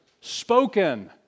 spoken